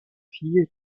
fille